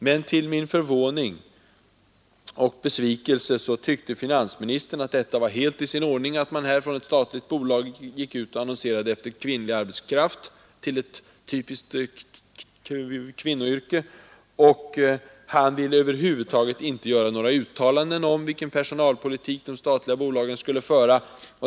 Men till min förvåning och besvikelse tyckte finansministern att det var helt i sin ordning att ett statligt bolag annonserade efter kvinnlig arbetskraft till ett typiskt kvinnoyrke. Han ville över huvud taget inte göra några uttalanden om vilken personalpolitik de statliga bolagen skulle föra.